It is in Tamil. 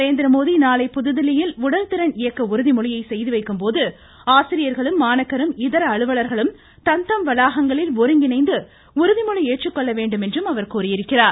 நரேந்திரமோடி நாளை புதுதில்லியில் உடல்திறன் இயக்க உறுதிமொழியை செய்துவைக்கும் போது ஆசிரியர்களும் மாணாக்கரும் இதர அலுவலர்களும் தத்தம் வளாகங்களில் ஒருங்கிணைந்து உறுதிமொழி ஏற்றுக்கொள்ள வேண்டும் என்றும் அவர் கூறியுள்ளார்